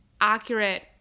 accurate